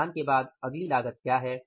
लदान के बाद अगली लागत क्या है